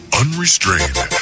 unrestrained